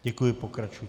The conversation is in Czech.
Děkuji, pokračujte.